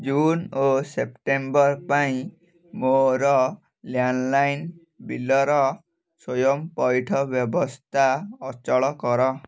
June ଓ September ପାଇଁ ମୋର ଲ୍ୟାଣ୍ଡ୍ଲାଇନ୍ ବିଲର ସ୍ଵୟଂ ପୈଠ ବ୍ୟବସ୍ଥା ଅଚଳ କର